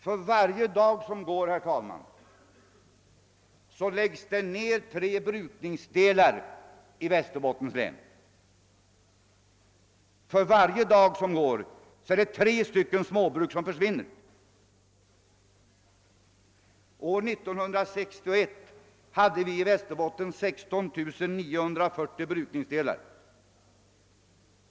För varje dag som går, herr talman, läggs det ner tre brukningsdelar i Västerbottens län. För varje dag som går försvinner tre småbruk. år 1961 hade vi i Västerbotten 16 940 brukningsdelar.